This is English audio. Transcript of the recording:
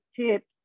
tips